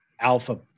alpha